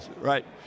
Right